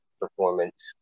performance